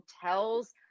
hotels